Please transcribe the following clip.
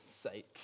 sake